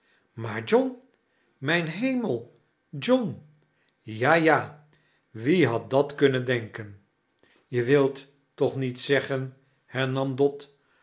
maar john mijn henael john ja ja wie had dat kunnen denken je wilt toch niet zeggen hernam